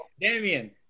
Damien